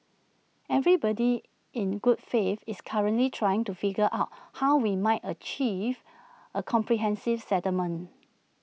everybody in good faith is currently trying to figure out how we might achieve A comprehensive settlement